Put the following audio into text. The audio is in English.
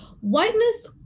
whiteness